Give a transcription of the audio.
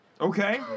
Okay